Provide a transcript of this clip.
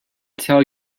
tell